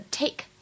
take